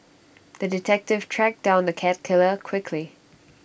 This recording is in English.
the detective tracked down the cat killer quickly